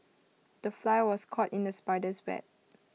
the fly was caught in the spider's web